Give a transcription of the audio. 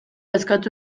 eskatu